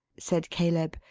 said caleb.